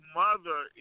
mother